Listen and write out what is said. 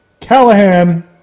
Callahan